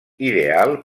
ideal